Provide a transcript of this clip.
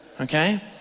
Okay